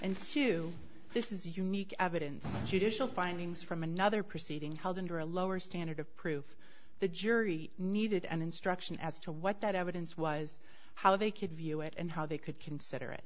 two this is unique evidence judicial findings from another proceeding held under a lower standard of proof the jury needed an instruction as to what that evidence was how they could view it and how they could consider it